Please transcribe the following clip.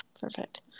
Perfect